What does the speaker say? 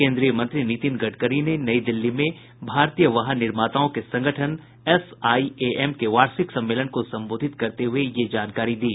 केन्द्रीय मंत्री नितिन गडकरी ने नई दिल्ली में भारतीय वाहन निर्माताओं के संगठन एसआईएएम के वार्षिक सम्मेलन को संबोधित करते हुए यह जानकारी दी